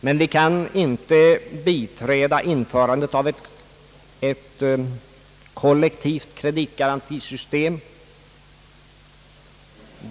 Vi kan dock inte biträda införandet av ett kollektivt kreditgarantisystem.